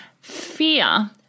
fear